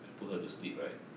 I put her to sleep right